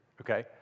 okay